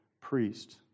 priest